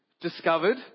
discovered